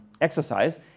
exercise